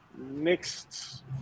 next